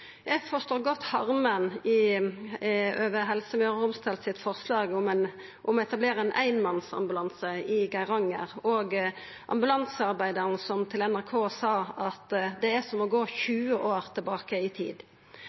Eg forstår godt harmen over forslaget frå Helse Møre og Romsdal om å etablera ein einmannsambulanse i Geiranger, og ambulansearbeidaren som til NRK sa at det er som å gå 20 år tilbake i tid.